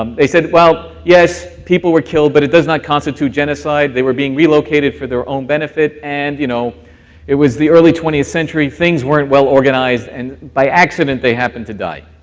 um they said, well, yes, people were killed, but it does not constitute genocide, they were being relocated for their own benefit and you know it was the early twentieth century, things weren't well organized, and by accident they happened to die.